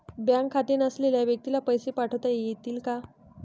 Bank खाते नसलेल्या व्यक्तीला पैसे पाठवता येतील का?